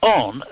on